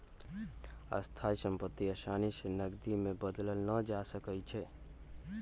स्थाइ सम्पति असानी से नकदी में बदलल न जा सकइ छै